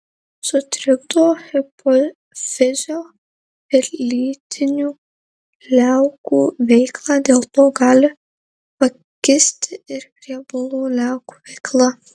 sutrikdo hipofizio ir lytinių liaukų veiklą dėl to gali pakisti ir riebalų liaukų veikla